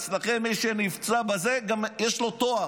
אצלכם מי שנפצע גם יש לו תואר,